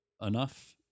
enough